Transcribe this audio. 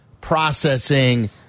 processing